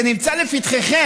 זה נמצא לפתחכם,